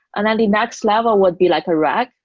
and then the next level would be like a rack,